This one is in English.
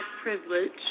privilege